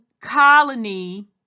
colony